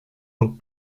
donc